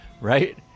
right